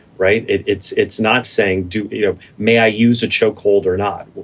right. it's it's not saying. do you know? may i use a chokehold or not?